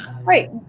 Right